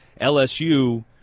LSU